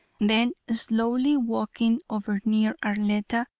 then slowly walking over near arletta,